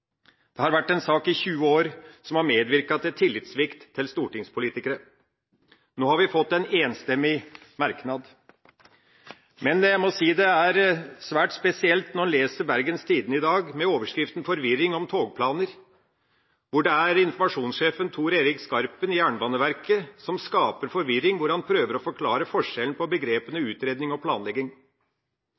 har vært en sak i 20 år, som har medvirket til tillitssvikt til stortingspolitikere. Nå har vi fått en enstemmig merknad. Men det var svært spesielt å lese Bergens Tidende i dag, hvor overskriften var «Forvirring om togplaner». Informasjonssjefen i Jernbaneverket, Thor Erik Skarpen, skaper forvirring når han prøver å forklare forskjellen på begrepene «utredning» og